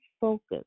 focus